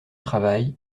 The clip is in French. travail